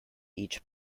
each